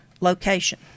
location